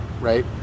right